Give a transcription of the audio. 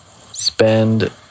spend